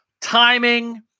timing